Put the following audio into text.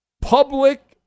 public